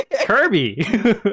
Kirby